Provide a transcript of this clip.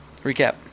Recap